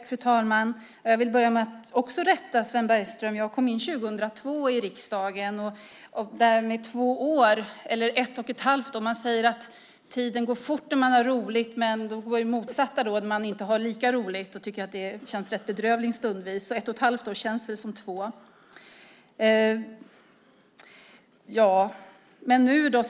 Fru talman! Jag vill börja med att rätta Sven Bergström. Jag kom in i riksdagen 2002. Beträffande två år eller ett och ett halvt år - det sägs att tiden går fort när man har roligt. Då gäller väl det motsatta när man inte har roligt, när det stundvis känns rätt bedrövligt. Då känns ett och ett halvt år som två år.